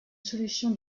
solution